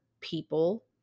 people